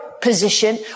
position